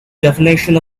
definition